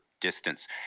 distance